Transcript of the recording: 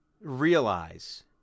realize